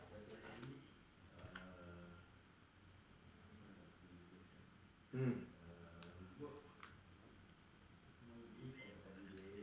mm